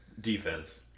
defense